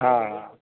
હા